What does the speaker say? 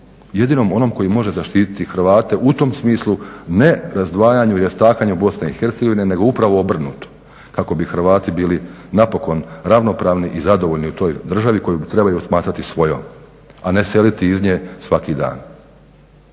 Jedinom onom koji može zaštiti Hrvate u tom smislu, ne razdvajanju i rastakanju BiH nego upravo obrnuto kako bi Hrvati bili napokon ravnopravni i zadovoljni u toj državi koju trebaju smatrati svojom, a ne seliti iz nje svaki dan.